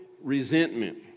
resentment